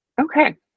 Okay